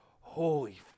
holy